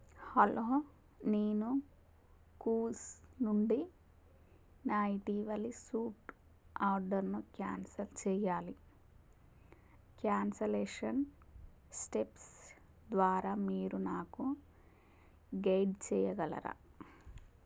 hello నేను Koovs నుండి నా ఇటీవలి సూట్ ఆర్డర్ను క్యాన్సల్ చెయ్యాలి క్యాన్సలేషన్ స్టెప్స్ ద్వారా మీరు నాకు గైడ్ చేయగలరా